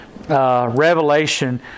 Revelation